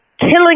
killing